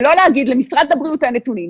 ולא להגיד למשרד הבריאות אין נתונים.